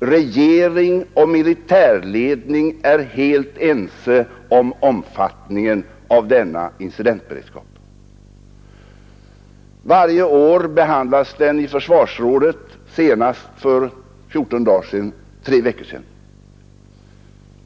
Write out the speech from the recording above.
Regering och militärledning är helt ense om omfattningen av denna incidentberedskap. Varje år behandlas den i försvarsrådet, senast för tre veckor sedan,